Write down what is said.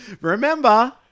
Remember